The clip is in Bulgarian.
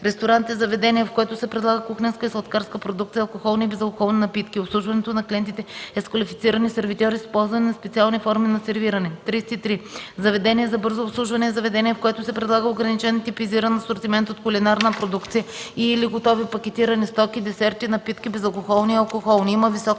„Ресторант” е заведение, в което се предлагат кухненска и сладкарска продукция, алкохолни и безалкохолни напитки. Обслужването на клиентите е с квалифицирани сервитьори с използване на специални форми на сервиране. 33. „Заведение за бързо обслужване” е заведение, в което се предлага ограничен типизиран асортимент от кулинарна продукция и/или готови пакетирани стоки, десерти, напитки – безалкохолни и алкохолни.